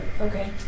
Okay